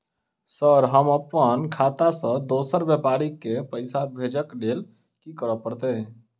Sir हम अप्पन खाता सऽ दोसर व्यापारी केँ पैसा भेजक लेल की करऽ पड़तै?